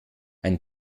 ein